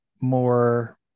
more